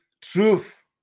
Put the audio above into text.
truth